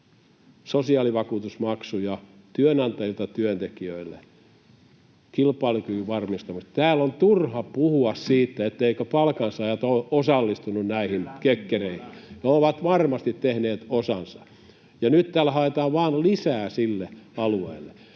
sosiaalivakuutusmaksuja työnantajilta työntekijöille kilpailukyvyn varmistamiseksi. Täällä on turha puhua siitä, etteivätkö palkansaajat ole osallistuneet näihin kekkereihin. No, ovat varmasti tehneet osansa. Ja nyt täällä haetaan vaan lisää sille alueelle.